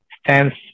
stands